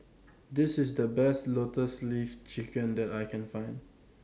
This IS The Best Lotus Leaf Chicken that I Can Find